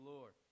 Lord